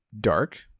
dark